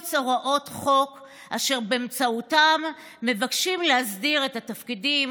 קובץ הוראות חוק אשר באמצעותן מבקשים להסדיר את התפקידים,